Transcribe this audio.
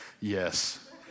Yes